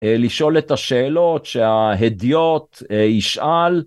לשאול את השאלות שההדיוט ישאל.